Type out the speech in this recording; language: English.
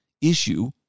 issue